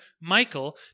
Michael